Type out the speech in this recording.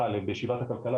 בישיבת ועדת הכלכלה,